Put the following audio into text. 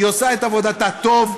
היא עושה את עבודתה טוב,